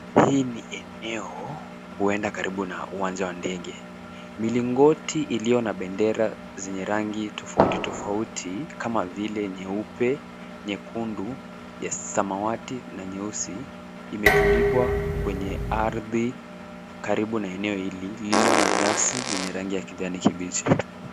Hii ni eneo huenda ni karibu na uwanja wa ndege milingoti ilio na bendera zenye rangi tofauti tofauti kama vile nyeupe, nyekundu, samawati na nyeusi imetundikwa kwenye ardhi karibu na eneo hili lililo na nyasi zenye rangi ya kijani kibichi.